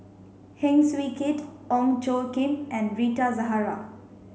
Heng Swee Keat Ong Tjoe Kim and Rita Zahara